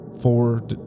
four